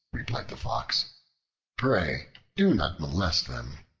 replied the fox pray do not molest them.